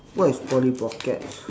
what is polly pocket